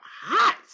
hot